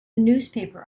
newspaper